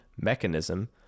mechanism